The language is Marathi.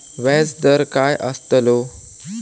व्याज दर काय आस्तलो?